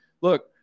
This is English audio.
look